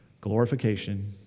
Glorification